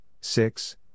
six